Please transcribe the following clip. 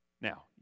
Now